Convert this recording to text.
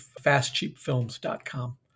fastcheapfilms.com